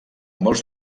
molts